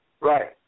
Right